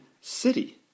city